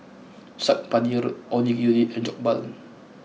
Saag Paneer Onigiri and Jokbal